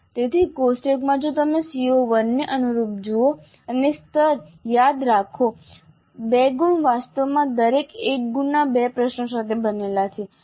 તેથી કોષ્ટકમાં જો તમે CO1 ને અનુરૂપ જુઓ અને સ્તર યાદ રાખો 2 ગુણ વાસ્તવમાં દરેક 1 ગુણના બે પ્રશ્નો સાથે બનેલા છે